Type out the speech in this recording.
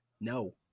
no